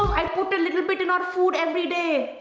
i put a little bit in our food every day.